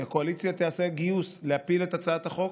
כי הקואליציה תעשה גיוס להפיל את הצעת החוק,